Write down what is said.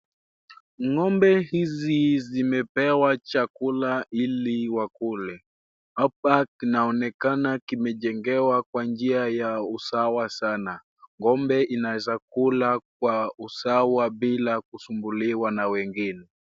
Ng'ombe hizi zimepewa chakula ili wakule. Hapa kinaonekana kimejengewa kwa njia ya usawa sana. Ng'ombe inaweza kula kwa usawa bila kusumbuliwa na wengine.